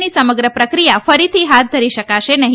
ની સમગ્ર પ્રક્રિયા ફરીથી હાથ ધરી શકાશે નહી